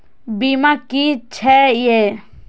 बीमा की छी ये?